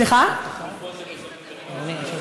תוספות לניצולים,